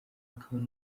akaba